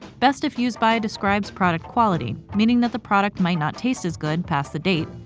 best if used by describes product quality, meaning that the product might not taste as good past the date,